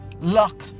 luck